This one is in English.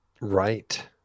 Right